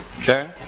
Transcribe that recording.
Okay